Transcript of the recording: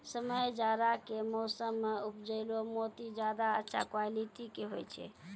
समय जाड़ा के मौसम मॅ उपजैलो मोती ज्यादा अच्छा क्वालिटी के होय छै